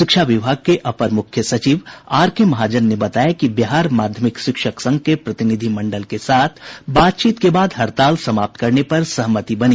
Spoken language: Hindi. शिक्षा विभाग के अपर मुख्य सचिव आरके महाजन ने बताया कि बिहार माध्यमिक शिक्षक संघ के प्रतिनिधि मंडल के साथ बातचीत के बाद हड़ताल समाप्त करने पर सहमति बनी